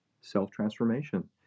Self-transformation